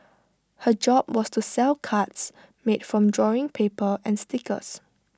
her job was to sell cards made from drawing paper and stickers